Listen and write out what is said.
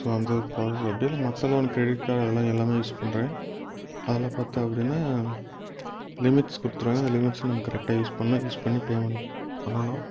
so அந்த process அப்படி இல்லை மற்ற லோன் க்ரிடிட் கார்ட் அதெல்லாம் எல்லாமே யூஸ் பண்ணுறேன் அதில் பார்த்தோம் அப்படின்னா லிமிட்ஸ் கொடுத்துருவாங்க அந்த லிமிட்ஸ் நமக்கு கரெக்டாக யூஸ் பண்ணும் யூஸ் பண்ணி பேமெண்ட் பண்ணணும்